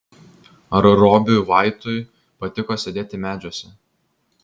ar robiui vaitui patiko sėdėti medžiuose